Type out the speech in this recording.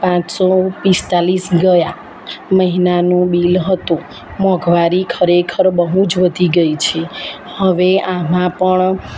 પાંચસો પિસ્તાળીસ ગયા મહિનાનું બિલ હતું મોંઘવારી ખરેખર બહુ જ વધી ગઈ છે હવે આમાં પણ